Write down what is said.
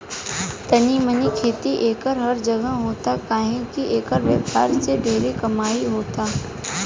तनी मनी खेती एकर हर जगह होता काहे की एकर व्यापार से ढेरे कमाई होता